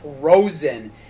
frozen